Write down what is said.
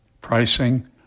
pricing